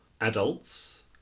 adults